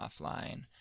offline